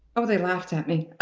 oh, they laughed at me.